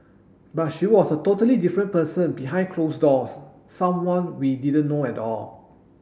but she was a totally different person behind closed doors someone we didn't know at all